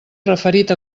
referit